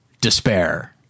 despair